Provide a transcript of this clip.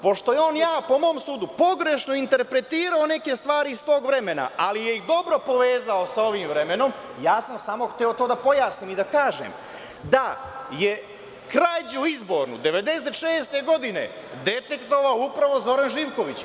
Pošto je on, po mom sudu, pogrešno interpretirao neke stvari iz tog vremena, ali je i dobro povezao sa ovim vremenom, ja sam samo hteo to da pojasnim i da kažem da je krađu izbornu 1996. godine detektovao upravo Zoran Živković.